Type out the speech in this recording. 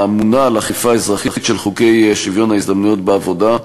האמונה על אכיפה אזרחית של חוקי שוויון ההזדמנויות בעבודה.